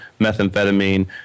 methamphetamine